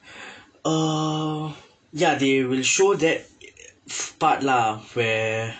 uh ya they will show that part lah where